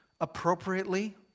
appropriately